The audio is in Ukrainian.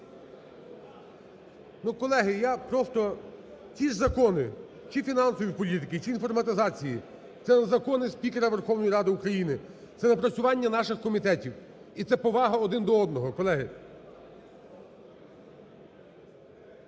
Ну, колеги, я просто… ті ж закони чи фінансової політики, чи інформатизації – це не закони спікера Верховної Ради України, це напрацювання наших комітетів. І це повага один до одного, колеги.